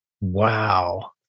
Wow